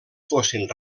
fossin